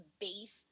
base